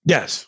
Yes